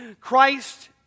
Christ